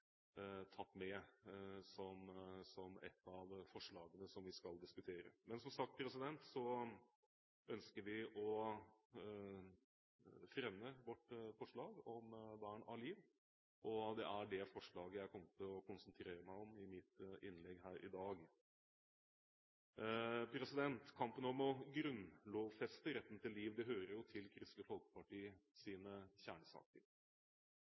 tatt med som et av forslagene vi skal diskutere. Men som sagt ønsker vi å fremme vårt forslag om vern av liv, og det er dette forslaget jeg kommer til å konsentrere meg om i mitt innlegg her i dag. Kampen om å grunnlovfeste retten til liv hører jo til Kristelig Folkepartis kjernesaker.